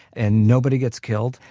and nobody gets killed,